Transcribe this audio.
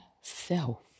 self